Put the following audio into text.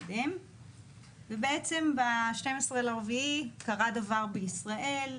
בעצם ב-12 באפריל קרה דבר בישראל,